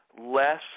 less